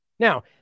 Now